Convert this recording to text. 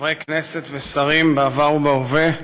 חברי הכנסת ושרים בעבר ובהווה,